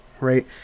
right